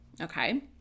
Okay